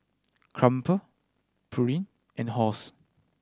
Crumpler Pureen and Halls